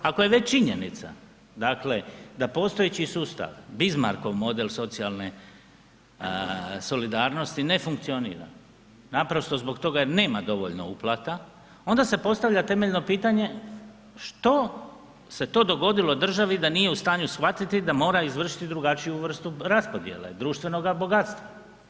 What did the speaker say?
Ako je već činjenica dakle da postojeći sustav, Bismarckov model socijalne solidarnost ne funkcionira, naprosto zbog toga jer nema dovoljno uplata onda se postavlja temeljeno pitanje što se to dogodilo državi da nije u stanju shvatiti da mora izvršiti drugačiju vrstu raspodjele, društvenoga bogatstva?